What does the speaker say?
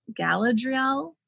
Galadriel